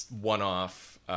one-off